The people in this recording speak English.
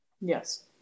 Yes